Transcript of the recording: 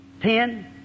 Ten